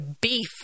beef